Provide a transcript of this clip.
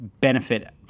benefit